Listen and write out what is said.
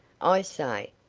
i say!